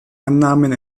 annahmen